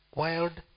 wild